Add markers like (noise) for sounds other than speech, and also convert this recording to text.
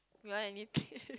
you want anything (laughs)